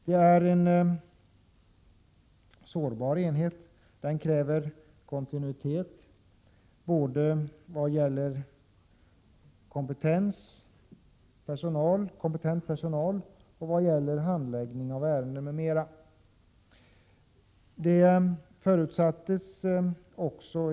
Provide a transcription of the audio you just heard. Det är en sårbar enhet som kräver kontinuitet vad gäller både kompetent personal och handläggning av ärenden m.m.